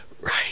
Right